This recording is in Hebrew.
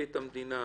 פרקליט המדינה.